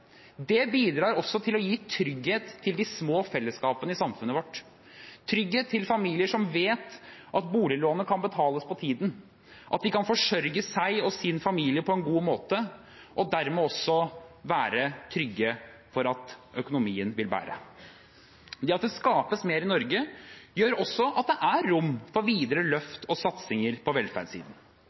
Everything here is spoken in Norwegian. Det bidrar også til å gi trygghet til de små fellesskapene i samfunnet vårt, trygghet til familier som vet at boliglånet kan betales i tide – at de kan forsørge seg og sin familie på en god måte og dermed også være trygge for at økonomien vil bære. Det at det skapes mer i Norge, gjør også at det er rom for videre løft og satsinger på velferdssiden.